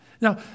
Now